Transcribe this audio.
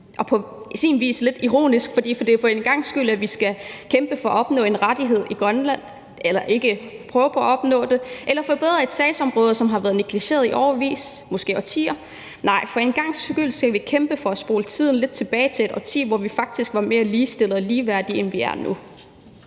Og på sin vis er det lidt ironisk, at vi – når vi ellers prøver på at opnå rettigheder i Grønland eller forbedre sagsområder, som har været negligeret i årevis, måske i årtier – for en gangs skyld skal kæmpe for at spole tiden lidt tilbage til et årti, hvor vi faktisk var mere ligestillede og ligeværdige, end vi er nu.